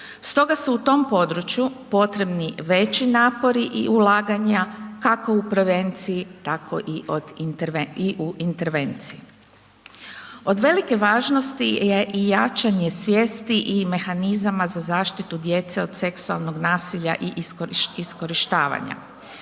Stoga su u tom području potrebni veći napori i ulaganja kako u prevenciji tako i u intervenciji. Od velike važnost je i jačanje svijesti i mehanizama za zaštitu djece od seksualnog nasilja i iskorištavanja